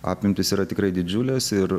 apimtys yra tikrai didžiulės ir